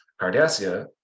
Cardassia